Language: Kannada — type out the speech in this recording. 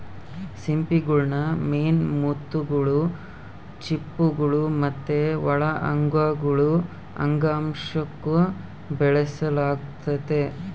ಸಿಂಪಿಗುಳ್ನ ಮೇನ್ ಮುತ್ತುಗುಳು, ಚಿಪ್ಪುಗುಳು ಮತ್ತೆ ಒಳ ಅಂಗಗುಳು ಅಂಗಾಂಶುಕ್ಕ ಬೆಳೆಸಲಾಗ್ತತೆ